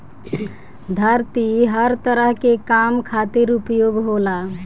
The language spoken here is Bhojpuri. धरती हर तरह के काम खातिर उपयोग होला